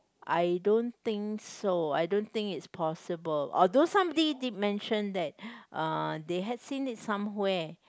I don't think so I don't think it's possible or those thing mentioned that uh they have seen in somewhere